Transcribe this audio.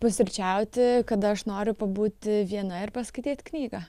pusryčiauti kada aš noriu pabūti viena ir paskaityt knygą